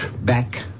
back